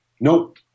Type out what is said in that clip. nope